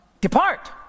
depart